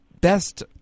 best